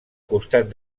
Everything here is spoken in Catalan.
costat